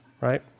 right